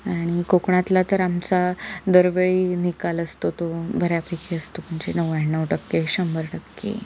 आणि कोकणातला तर आमचा दरवेळी निकाल असतो तो बऱ्यापैकी असतो म्हणजे नव्याण्णव टक्के शंभर टक्के